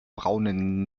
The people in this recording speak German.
braunen